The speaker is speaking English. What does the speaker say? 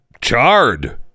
charred